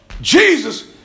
Jesus